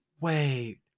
Wait